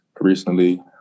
recently